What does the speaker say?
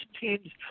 teams